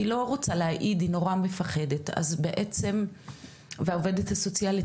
היא לא רוצה להעיד כי היא נורא מפחדת והעובדת סוציאלית